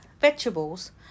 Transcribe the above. vegetables